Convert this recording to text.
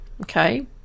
okay